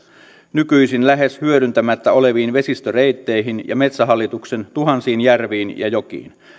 nykyisin lähes hyödyntämättä oleviin vesistöreitteihin ja metsähallituksen tuhansiin järviin ja jokiin